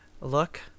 look